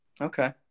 Okay